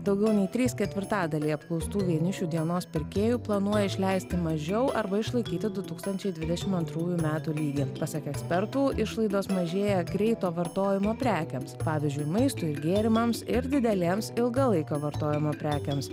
daugiau nei trys ketvirtadaliai apklaustų vienišių dienos pirkėjų planuoja išleisti mažiau arba išlaikyti du tūkstančiai dvidešimt antrųjų metų lygį pasak ekspertų išlaidos mažėja greito vartojimo prekėms pavyzdžiui maistui ir gėrimams ir didelėms ilgalaikio vartojimo prekėms